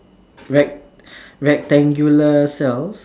rect~ rectangular cells